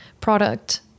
product